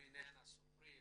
בעניין הסופרים.